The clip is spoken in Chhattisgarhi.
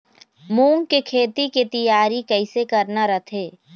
मूंग के खेती के तियारी कइसे करना रथे?